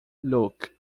luke